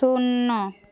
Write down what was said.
শূন্য